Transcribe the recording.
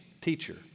teacher